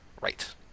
right